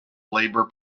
labor